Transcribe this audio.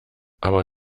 aber